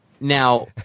Now